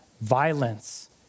violence